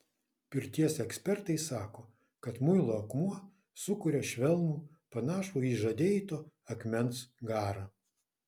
pirties ekspertai sako kad muilo akmuo sukuria švelnų panašų į žadeito akmens garą